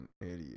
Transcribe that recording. idiot